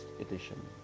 edition